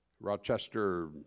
Rochester